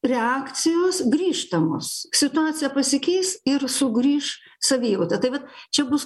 reakcijos grįžtamos situacija pasikeis ir sugrįš savijauta tai va čia bus